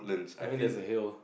I mean there's a hill